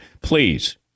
Please